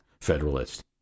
Federalist